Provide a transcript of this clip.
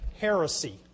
heresy